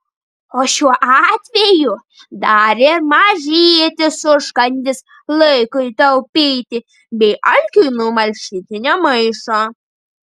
o šiuo atveju dar ir mažytis užkandis laikui taupyti bei alkiui numalšinti nemaišo